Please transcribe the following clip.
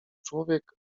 człowiek